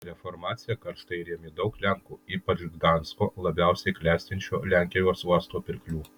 reformaciją karštai rėmė daug lenkų ypač gdansko labiausiai klestinčio lenkijos uosto pirklių